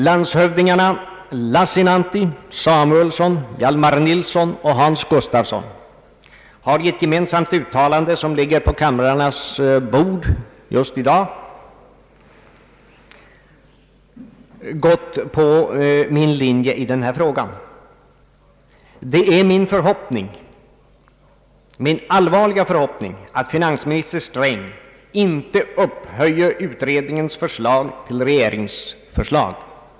Landshövdingarna «<Lassinantti, Samuelson, Hjalmar Nilsson och Hans Gustafsson har i ett gemensamt uttalande, som ligger på kamrarnas bord just i dag, gått på min linje i denna fråga. Det är min allvarliga förhoppning att finansminister Sträng inte upphöjer utredningens förslag till regeringsförslag.